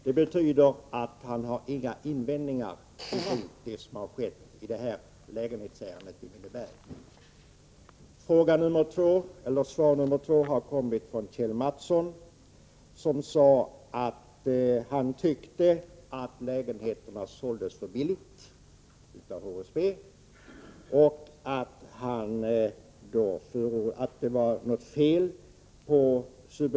Det betyder att han inte har några invändningar mot det som har skett i detta lägenhetsärende i Minneberg. Det andra svaret har kommit från Kjell Mattsson, som sade att lägenheterna såldes för billigt av HSB och att subventionerna var felaktiga.